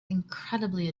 incredibly